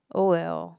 oh well